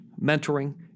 mentoring